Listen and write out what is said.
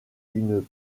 une